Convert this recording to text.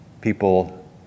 people